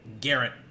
Garrett